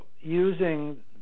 using